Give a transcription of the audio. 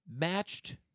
matched